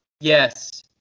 Yes